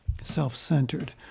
self-centered